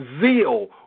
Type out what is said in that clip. zeal